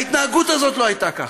ההתנהגות הזאת לא הייתה ככה.